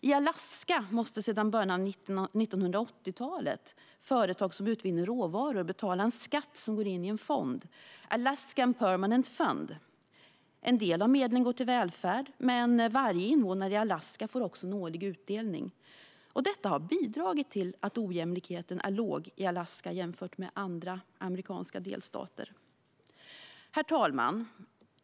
I Alaska måste sedan början av 1980-talet företag som utvinner råvaror betala en skatt som går in i en fond, Alaska Permanent Fund. En del av medlen går till välfärden, men varje invånare i Alaska får också en årlig utdelning. Detta har bidragit till att ojämlikheten är låg i Alaska jämfört med andra amerikanska delstater. Herr talman!